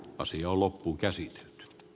ansio loppu kärsinyt